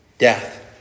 Death